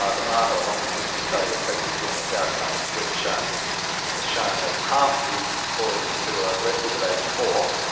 ah the mater longitudinal study of pregnancy and its outcomes, which um has shown that half the boys who are aggressive at age four,